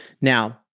Now